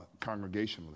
congregationally